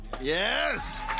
Yes